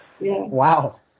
Wow